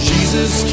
Jesus